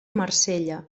marsella